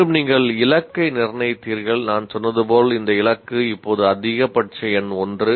மீண்டும் நீங்கள் இலக்கை நிர்ணயித்தீர்கள் நான் சொன்னது போல் இந்த இலக்கு இப்போது ஒரு அதிகபட்ச எண் 1